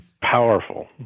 powerful